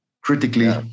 critically